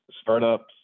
startups